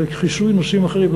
לכיסוי נושאים אחרים,